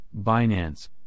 Binance